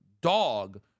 dog